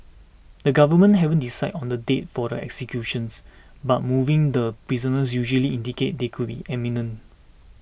the government haven't decided on the date for the executions but moving the prisoners usually indicates they could be imminent